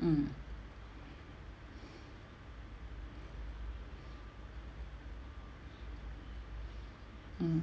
mm mm